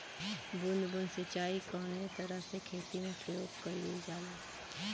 बूंद बूंद सिंचाई कवने तरह के खेती में प्रयोग कइलजाला?